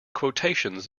quotations